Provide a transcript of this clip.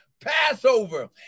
Passover